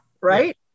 right